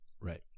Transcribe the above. Right